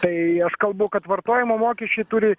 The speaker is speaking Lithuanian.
tai aš kalbu kad vartojimo mokesčiai turi